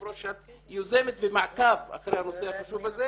הראש שאת יוזמת מעקב אחרי הנושא החשוב הזה